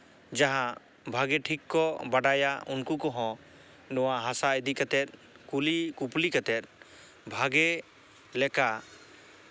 ᱡᱟᱦᱟᱸ ᱵᱷᱟᱹᱜᱤ ᱴᱷᱤᱠ ᱠᱚ ᱵᱟᱰᱟᱭᱟ ᱩᱱᱠᱩ ᱠᱚᱦᱚᱸ ᱱᱚᱣᱟ ᱦᱟᱥᱟ ᱤᱫᱤ ᱠᱟᱛᱮᱫ ᱠᱩᱞᱤᱼᱠᱩᱯᱞᱤ ᱠᱟᱛᱮᱫ ᱵᱷᱟᱜᱮ ᱞᱮᱠᱟ